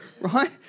Right